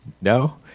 No